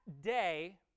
day